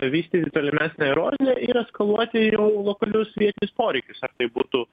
vystyti tolimesnę eroziją ir eskaluoti jau lokalius vietinius poreikius ar tai būtų